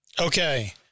Okay